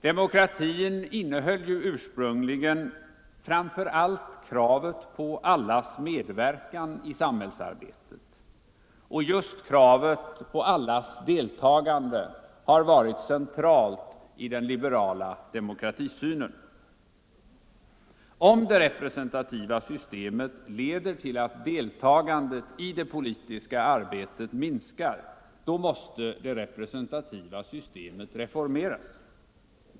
Demokratin innehöll ju ursprungligen framför allt kravet på allas medverkan i samhällsarbetet, och just kravet på allas deltagande har varit centralt i den liberala demokratisynen. Om det representativa systemet leder till att deltagandet i det politiska arbetet minskar, då måste det representativa systemet reformeras.